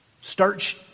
Start